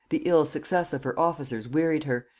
the ill success of her officers wearied her,